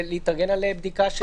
להתארגן שייתנו לו בדיקה.